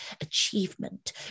achievement